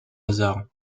hasard